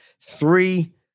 Three